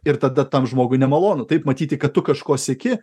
ir tada tam žmogui nemalonu taip matyti kad tu kažko sieki